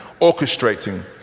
orchestrating